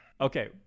Okay